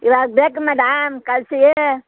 ಇವಾಗ ಬೇಕು ಮೆಡಾಮ್ ಕಳ್ಸಿ